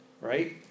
right